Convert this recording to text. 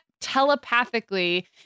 telepathically